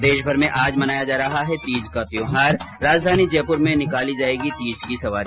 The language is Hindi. प्रदेशभर में आज मनाया जा रहा है तीज का त्यौहार राजधानी जयपुर में निकालेगी तीज की सवारी